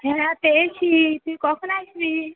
হ্যাঁ হ্যাঁ পেয়েছি তুই কখন আসবি